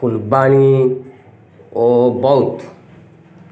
ଫୁଲବାଣୀ ଓ ବୌଦ୍ଧ